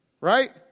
Right